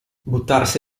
buttarsi